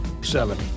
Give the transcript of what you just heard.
seven